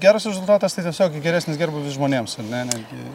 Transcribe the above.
geras rezultatas tai tiesiog geresnis gerbūvis žmonėms ar ne netgi